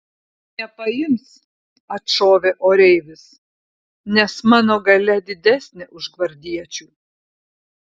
nepaims atšovė oreivis nes mano galia didesnė už gvardiečių